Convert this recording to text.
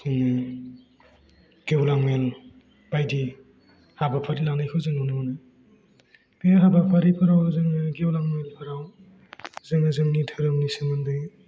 गेवलां मेल बायदि हाबाफारि लानायखौ जोङो नुनो मोनो बे हाबाफारिफोराव जोङो गेवलां मेलफोराव जोङो जोंनि धोरोमनि सोमोन्दै